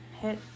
hit